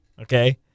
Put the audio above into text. Okay